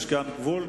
יש כאן גבול.